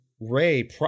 Ray